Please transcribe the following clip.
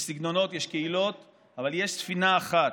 יש סגנונות, יש קהילות, אבל יש ספינה אחת.